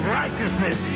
righteousness